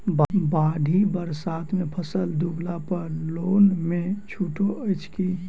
बाढ़ि बरसातमे फसल डुबला पर लोनमे छुटो अछि की